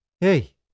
Hey